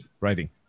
writing